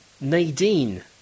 Nadine